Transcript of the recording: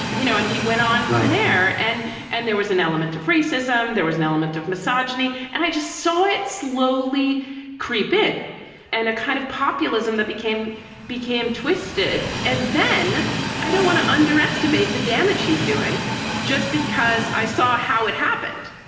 you know, and he went on from there. and and there was an element of free system. there was an element of misogyny. and i just saw it slowly creep in and a kind of populism that became became twisted. and then i don't want to underestimate the damage he's doing just because i saw how it happened.